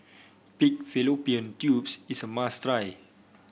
Pig Fallopian Tubes is a must try